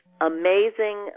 amazing